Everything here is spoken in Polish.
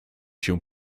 się